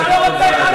כי אתה לא רוצה חרדים.